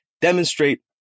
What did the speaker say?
demonstrate